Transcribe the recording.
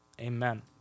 Amen